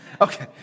okay